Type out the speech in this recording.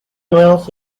nuevos